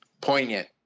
poignant